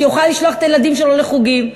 שיוכל לשלוח את הילדים שלו לחוגים,